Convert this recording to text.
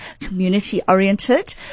community-oriented